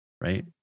Right